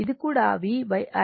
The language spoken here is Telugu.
ఇది కూడా v I